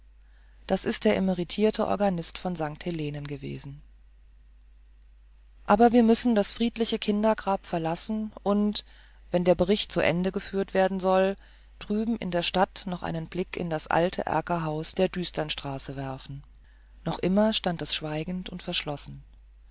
das ist der emiritierte organist von st magdalenen gewesen aber wir müssen das friedliche kindergrab verlassen und wenn der bericht zu ende geführt werden soll drüben in der stadt noch einen blick in das alte erkerhaus der düsternstraße werfen noch immer stand es schweigend und verschlossen